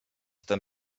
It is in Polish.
ten